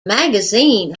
magazine